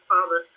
Father